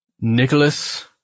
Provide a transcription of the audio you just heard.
Nicholas